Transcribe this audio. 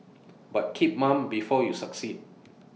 but keep mum before you succeed